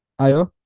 Ayo